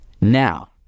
Now